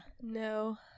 No